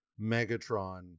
megatron